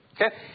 okay